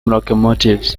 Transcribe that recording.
locomotives